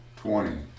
twenty